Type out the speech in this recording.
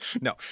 no